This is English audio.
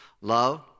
Love